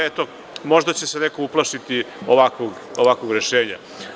Eto, možda će se neko uplašiti ovakvog rešenja.